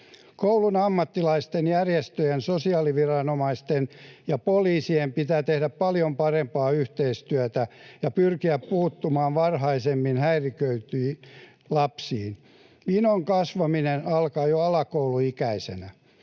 Koulun ammattilaisten, järjestöjen, sosiaaliviranomaisten ja poliisin pitää tehdä paljon parempaa yhteistyötä ja pyrkiä puuttumaan häiriköiviin lapsiin varhaisemmin. Vinoon kasvaminen alkaa jo alakouluikäisenä.